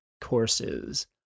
courses